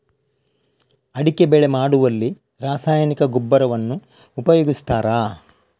ಅಡಿಕೆ ಬೆಳೆ ಮಾಡುವಲ್ಲಿ ರಾಸಾಯನಿಕ ಗೊಬ್ಬರವನ್ನು ಉಪಯೋಗಿಸ್ತಾರ?